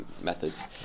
methods